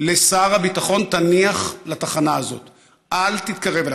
לשר הביטחון: תניח לתחנה הזאת,.אל תתקרב אליה.